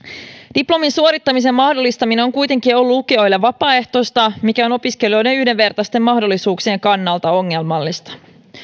diplomin suorittamisen mahdollistaminen on kuitenkin ollut lukioille vapaaehtoista mikä on opiskelijoiden yhdenvertaisten mahdollisuuksien kannalta ongelmallista